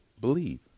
believe